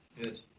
good